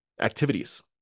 activities